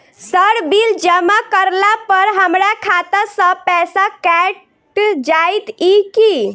Sir bill जमा करला पर हमरा खाता सऽ पैसा कैट जाइत ई की?